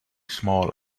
small